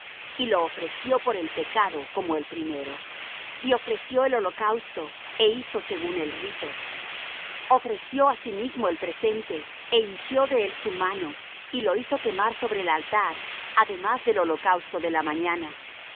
y lo ofreció por el pecado como el primero y ofreció el holocausto é hizo según el rito ofreció asimismo el presente é hinchió de él su mano y lo hizo quemar sobre el altar además del holocausto de la mañana